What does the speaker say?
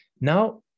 Now